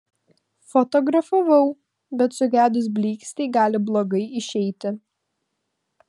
fotografavau bet sugedus blykstei gali blogai išeiti